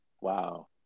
wow